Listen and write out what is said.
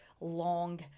long